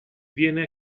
viene